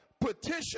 Petition